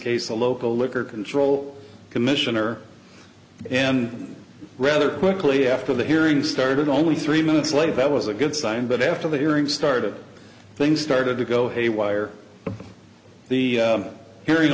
case a local liquor control commissioner and rather quickly after the hearing started only three minutes late that was a good sign but after the hearing started things started to go haywire but the hearing